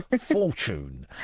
fortune